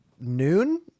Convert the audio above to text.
noon